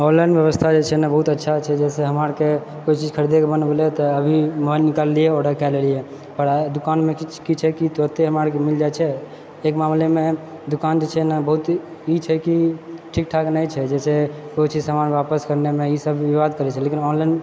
online व्यवस्था जे छै ने बहुत अच्छा छै जाहिसँ हमरा आरके कोइ चीज खरीदैके मन भेलै तऽ अभी मोबाइल निकाललियै ऑडर कए लेलियै आओर एहि दूकानमे की छै कि सस्ते हमरा आर के मिल जाइत छै एक मामलेमे हम दूकान जे छै ने बहुत चीज ई छै कि ठीकठाक नहि छै जाहिसँ कोइ चीज सामान वापस करनाएमे ई सब बुधियार पड़ैत छै लेकिन ऑनलाइन